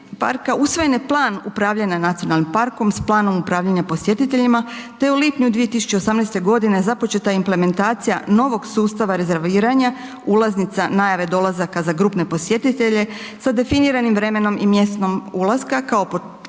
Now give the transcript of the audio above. usvojen je plan upravljanja nacionalnom parkom s planom upravljanja posjetiteljima te u lipnju 2018. g. započeta je implementacija novog sustav rezerviranja ulaznica najave dolazaka za grupne posjetitelje sa definiranim vremenom i mjestom ulaska kao početnom